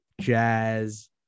Jazz